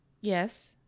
Yes